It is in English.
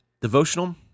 devotional